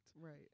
right